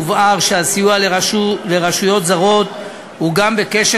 הובהר שהסיוע לרשויות זרות הוא גם בקשר